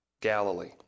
Galilee